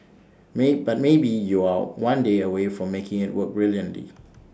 may but maybe you're one day away from making IT work brilliantly